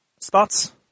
spots